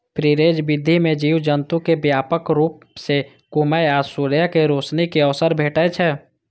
free range विधि मे जीव जंतु कें व्यापक रूप सं घुमै आ सूर्यक रोशनी के अवसर भेटै छै